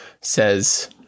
says